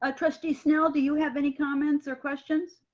ah trustee snell, do you have any comments or questions?